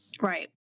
Right